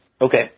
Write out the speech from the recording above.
Okay